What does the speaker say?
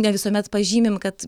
ne visuomet pažymim kad